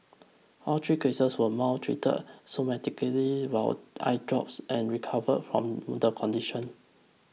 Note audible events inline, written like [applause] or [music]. all three cases were mild treated [unintelligible] while eye drops and recovered from the condition